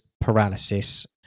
paralysis